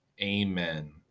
Amen